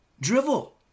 drivel